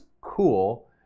cool